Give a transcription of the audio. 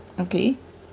okay